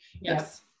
yes